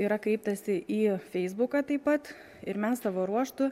yra kreiptasi į feisbuką taip pat ir mes savo ruožtu